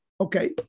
Okay